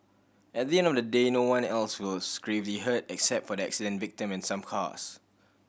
at the end of the day no one else was gravely hurt except for the accident victim and some cars